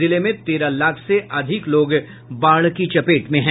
जिले में तेरह लाख से अधिक लोग बाढ़ की चपेट में हैं